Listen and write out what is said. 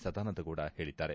ಸದಾನಂದ ಗೌಡ ಹೇಳಿದ್ದಾರೆ